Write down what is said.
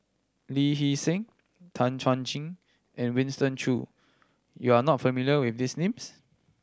Lee Hee Seng Tan Chuan Jin and Winston Choo you are not familiar with these names